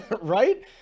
right